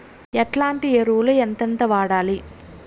ఎట్లాంటి ఎరువులు ఎంతెంత వాడాలి?